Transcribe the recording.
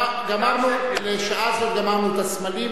גמרנו, לשעה זו גמרנו את הסמלים.